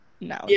no